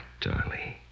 darling